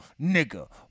Nigga